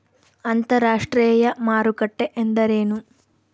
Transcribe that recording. ಅಂತರಾಷ್ಟ್ರೇಯ ಮಾರುಕಟ್ಟೆ ಎಂದರೇನು?